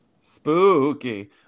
spooky